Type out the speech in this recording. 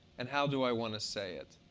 and how do i want to say it?